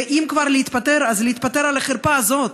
ואם כבר להתפטר, אז להתפטר על החרפה הזאת.